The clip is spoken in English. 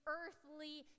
earthly